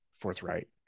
forthright